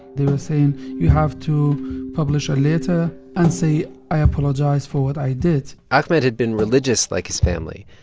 they were saying, you have to publish a letter and say, i apologize for what i did ahmed had been religious like his family,